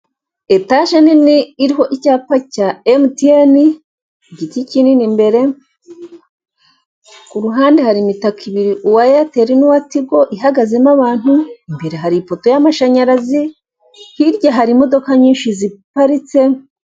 Etaje nini iriho icyapa cya emutiyeni, igiti kinini imbere, ku ruhande hari imitaka ibiri uwa eyateri n'uwa tigo, ihagazemo abantu, imbere hari ifoto y'amashanyarazi, hirya hari imodoka nyinshi ziparitse.